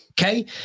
Okay